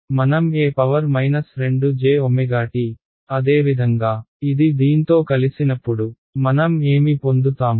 మనం e 2jt అదేవిధంగా ఇది దీంతో కలిసినప్పుడు మనం ఏమి పొందుతాము